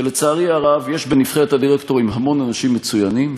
שלצערי הרב יש בנבחרת הדירקטורים המון אנשים מצוינים,